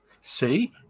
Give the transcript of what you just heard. See